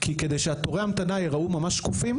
כי כדי שתורי ההמתנה ייראו ממש שקופים,